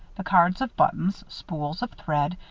the cards of buttons, spools of thread,